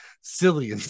silly